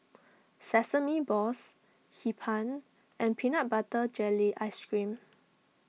Sesame Balls Hee Pan and Peanut Butter Jelly Ice Cream